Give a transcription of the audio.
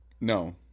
No